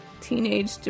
teenage